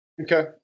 Okay